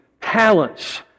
talents